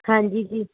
ਹਾਂਜੀ ਜੀ